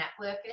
networkers